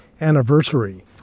anniversary